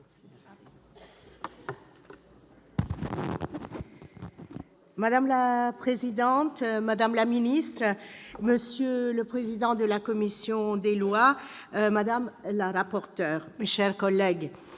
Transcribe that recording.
Madame la présidente, madame la garde des sceaux, monsieur le président de la commission des lois, madame la rapporteur, mes chers collègues,